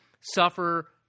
suffer